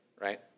right